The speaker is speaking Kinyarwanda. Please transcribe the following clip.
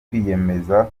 kwiyemeza